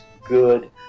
good